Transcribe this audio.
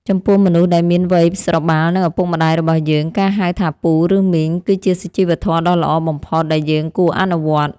ចំពោះមនុស្សដែលមានវ័យស្របាលនឹងឪពុកម្តាយរបស់យើងការហៅថាពូឬមីងគឺជាសុជីវធម៌ដ៏ល្អបំផុតដែលយើងគួរអនុវត្ត។